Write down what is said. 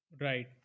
right